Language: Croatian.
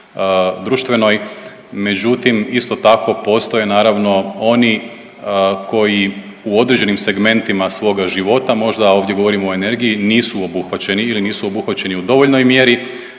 međutim isto tako postoje naravno oni koji u određenim segmentima svoga života možda, ovdje govorimo o energiji, nisu obuhvaćeni ili nisu obuhvaćeni u dovoljnoj mjeri.